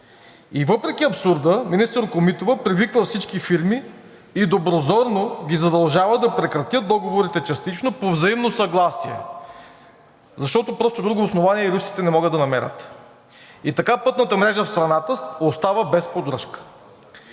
И въпреки абсурда министър Комитова привиква всички фирми и доброзорно ги задължава да прекратят договорите частично по взаимно съгласие просто защото юристите не могат да намерят друго основание – така пътната мрежа в страната остава без поддръжка.